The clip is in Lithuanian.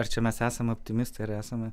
ar čia mes esame optimistai ar esame